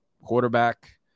quarterback